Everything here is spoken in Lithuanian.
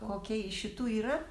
kokia iš šitų yra